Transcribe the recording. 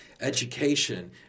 education